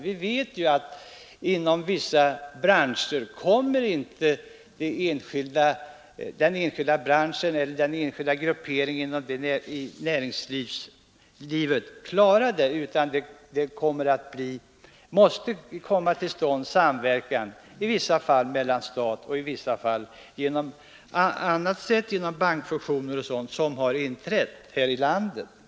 Vi vet att inom en del branscher kommer inte det enskilda företaget eller den enskilda grupperingen inom näringslivet att klara detta, utan det måste komma till stånd samverkan, i vissa fall med staten och i vissa fall på annat sätt, sådant som redan har inträffat här i landet.